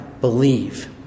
believe